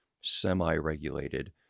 semi-regulated